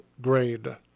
grade